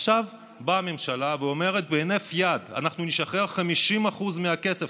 עכשיו באה הממשלה ואומרת בהינף יד: אנחנו נשחרר 50% מהכסף,